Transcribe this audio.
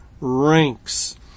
ranks